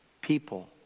people